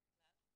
בכלל.